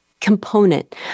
component